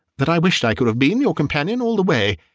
that i wished i could have been your companion all the way,